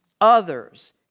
others